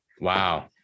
Wow